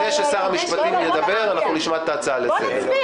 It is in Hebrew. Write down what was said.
אחרי ששר המשפטים ידבר נשמע את ההצעה לסדר.